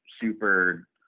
Super